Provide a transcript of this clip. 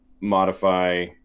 modify